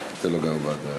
וקנין, אני אוהב אותך.